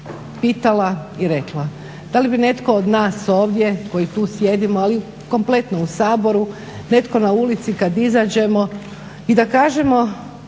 pitala i rekla da li bi netko od nas ovdje koji tu sjedimo, ali i kompletno u Saboru, netko na ulici kad izađemo i da kažemo